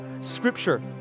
Scripture